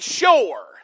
sure